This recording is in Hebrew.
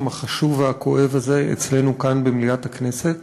החשוב והכואב הזה אצלנו כאן במליאת הכנסת,